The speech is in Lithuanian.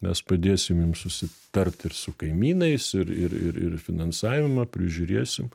mes padėsim jum susitart ir su kaimynais ir ir ir ir finansavimą prižiūrėsim